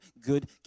good